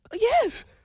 Yes